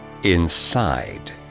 Inside